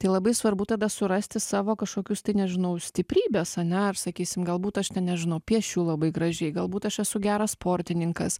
tai labai svarbu tada surasti savo kažkokius tai nežinau stiprybes ane ar sakysim galbūt aš ten nežinau piešiu labai gražiai galbūt aš esu geras sportininkas